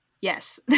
yes